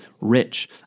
rich